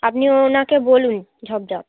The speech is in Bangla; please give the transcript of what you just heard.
আপনি ওনাকে বলুন ঝপঝপ